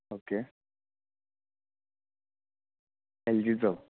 okay एलजीचो